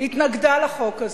התנגדה לחוק הזה,